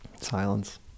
Silence